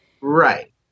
Right